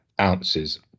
ounces